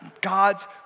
God's